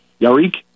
Yarik